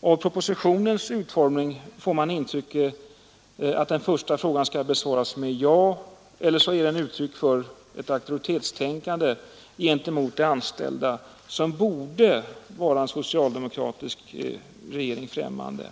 Av propositionens utformning får man intrycket att den första frågan skall besvaras med ja eller också ger den uttryck för ett auktoritetstänkande gentemot de anställda, något som borde vara en socialdemokratisk regering främmande.